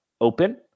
open